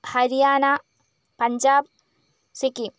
Haryana Punjab Sikkim